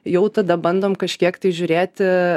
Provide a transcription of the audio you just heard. jau tada bandom kažkiek tai žiūrėti